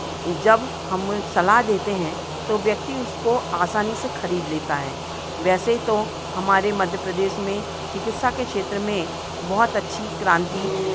जब हम सलाह देते हैं तो व्यक्ति उसको आसानी से खरीद लेता है वैसे तो हमारे मध्य प्रदेश में चिकित्सा के क्षेत्र में बहुत अच्छी क्रांति